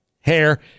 hair